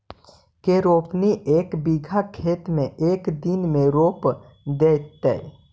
के रोपनी एक बिघा खेत के एक दिन में रोप देतै?